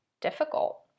difficult